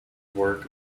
work